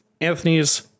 Anthony's